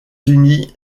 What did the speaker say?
unis